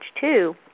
two